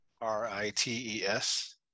r-i-t-e-s